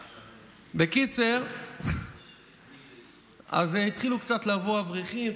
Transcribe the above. בקיצור, אז התחילו לבוא קצת אברכים.